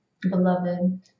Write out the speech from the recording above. beloved